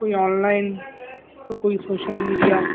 کوئی online تو کوئی سوشل میڈیا